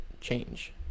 change